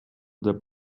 деп